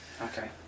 Okay